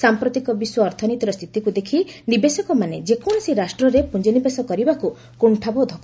ସାମ୍ପ୍ରତିକ ବିଶ୍ୱ ଅର୍ଥନୀତିର ସ୍ଥିତିକୁ ଦେଖି ନିବେଶକମାନେ ଯେକୌଣସି ରାଷ୍ଟ୍ରରେ ପୁଞ୍ଜିନିବେଶ କରିବାକୁ କୁଷ୍ଠାବୋଧ କରୁଛନ୍ତି